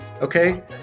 okay